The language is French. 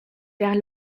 vers